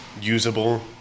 usable